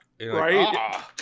Right